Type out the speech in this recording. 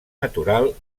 natural